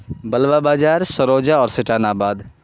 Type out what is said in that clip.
بلوا بازار سروجہ اور سٹان آباد